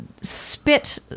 spit